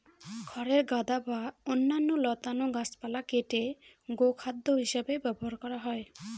খড়ের গাদা বা অন্যান্য লতানো গাছপালা কেটে গোখাদ্য হিসাবে ব্যবহার করা হয়